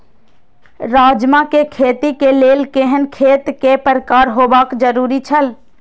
राजमा के खेती के लेल केहेन खेत केय प्रकार होबाक जरुरी छल?